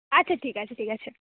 আচ্ছা ঠিক আছে ঠিক আছে